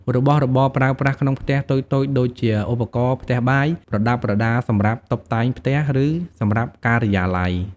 របស់របរប្រើប្រាស់ក្នុងផ្ទះតូចៗដូចជាឧបករណ៍ផ្ទះបាយ ប្រដាប់ប្រដាសម្រាប់តុបតែងផ្ទះ ឬសម្ភារៈការិយាល័យ។